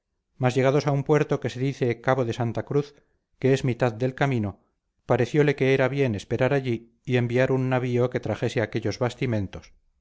mas llegados a un puerto que se dice cabo de santa cruz que es mitad del camino parecióle que era bien esperar allí y enviar un navío que trajese aquellos bastimentos